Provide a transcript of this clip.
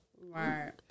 Right